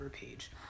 page